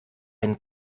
einen